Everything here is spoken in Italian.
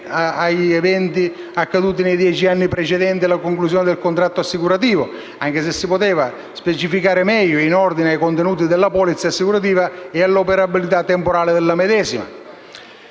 agli eventi accaduti nei dieci anni precedenti alla conclusione del contratto assicurativo, anche se si sarebbe potuto specificare meglio in ordine ai contenuti della polizza assicurativa e all'operabilità temporale della medesima.